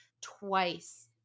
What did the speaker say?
twice